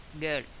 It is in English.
girl